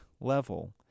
level